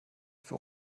für